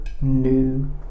new